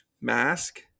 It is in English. mask